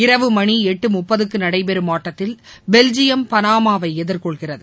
இரவு மணி எட்டு முப்பதுக்கு நடைபெறும் ஆட்டத்தில் பெல்ஜியம் பனாமாவை எதிர்கொள்கிறது